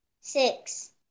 Six